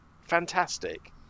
fantastic